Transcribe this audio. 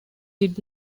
did